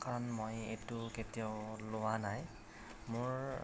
কাৰণ মই এইটো কেতিয়াও লোৱা নাই মোৰ